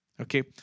Okay